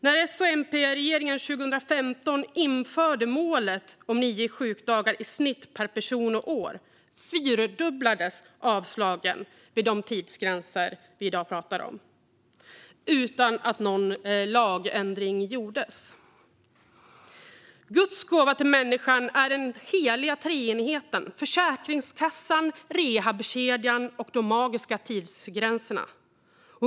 När S och MP-regeringen år 2015 införde målet om nio sjukdagar i snitt per person och år fyrdubblades avslagen med de tidsgränser vi i dag talar om utan att någon lagändring gjordes. Guds gåva till människan är den heliga treenigheten: Försäkringskassan, rehabkedjan och de magiska tidsgränserna.